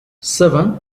seven